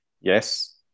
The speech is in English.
Yes